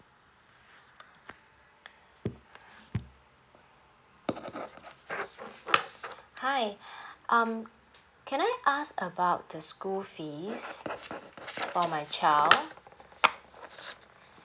hi um can I ask about the school fees for my child